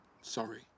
Sorry